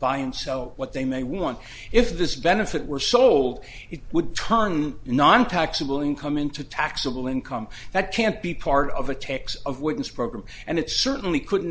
buy and sell what they may want if this benefit were sold it would turn nontaxable income into taxable income that can't be part of a tax of witness program and it certainly couldn't